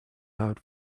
out